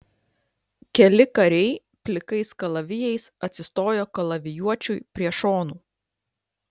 keli kariai plikais kalavijais atsistojo kalavijuočiui prie šonų